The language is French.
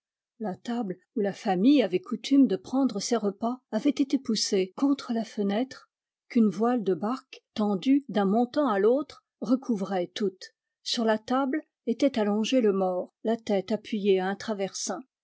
la table où la famille avait coutume de prendre ses repas avait été poussée contre la fenêtre qu'une voile de barque tendue d'un montant à l'autre recouvrait toute sur la table était allongé le mort la tête appuyée à